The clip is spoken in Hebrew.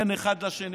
בין אחד לשני.